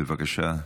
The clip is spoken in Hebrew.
בבקשה,